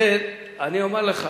לכן, אני אומר לך,